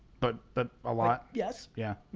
but but a lot? yes. yeah